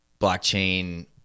blockchain